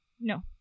No